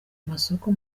amasoko